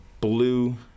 blue